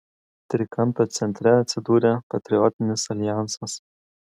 trikampio centre atsidūrė patriotinis aljansas